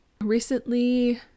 Recently